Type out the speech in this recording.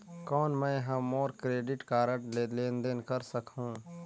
कौन मैं ह मोर क्रेडिट कारड ले लेनदेन कर सकहुं?